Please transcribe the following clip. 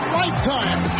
lifetime